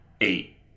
eight